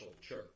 church